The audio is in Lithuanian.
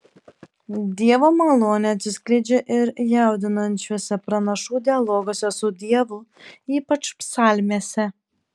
dievo malonė atsiskleidžia ir jaudinančiuose pranašų dialoguose su dievu ypač psalmėse